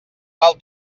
val